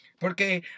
Porque